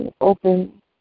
open